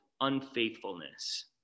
unfaithfulness